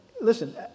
listen